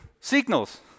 signals